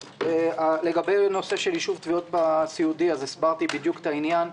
לגבי יישוב תביעות בסיעודי הסברתי בדיוק את העניין.